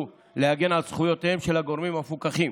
להגן על זכויותיהם של הגורמים המפוקחים.